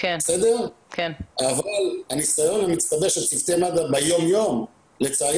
אבל קיים הניסיון המצטבר של צוותי מד"א ביום יום ולצערי